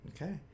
Okay